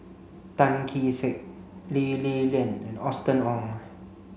Tan Kee Sek Lee Li Lian and Austen Ong